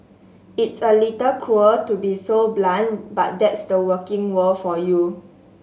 it's a little cruel to be so blunt but that's the working world for you